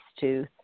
tooth